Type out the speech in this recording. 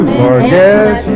forget